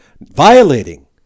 violating